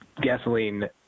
gasoline